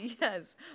Yes